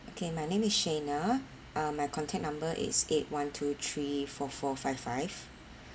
okay my name is shena uh my contact number is eight one two three four four five five